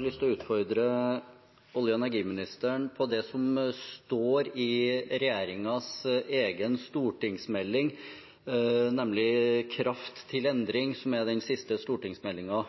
lyst til å utfordre olje- og energiministeren på det som står i regjeringens egen stortingsmelding, Kraft til